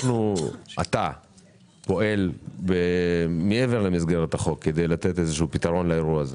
אתה פועל מעבר למסגרת החוק כדי לתת איזה שהוא פתרון לאירוע הזה.